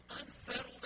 unsettled